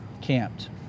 camped